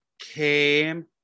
came